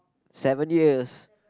seven years